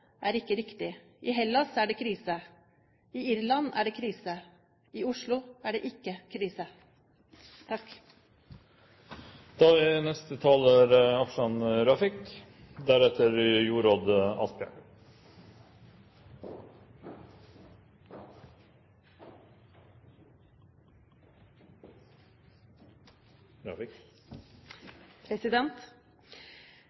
er ikke riktig. I Hellas er det krise. I Irland er det krise. I Oslo er det ikke krise.